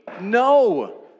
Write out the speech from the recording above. No